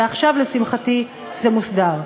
ועכשיו לשמחתי זה מוסדר.